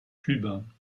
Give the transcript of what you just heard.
clubin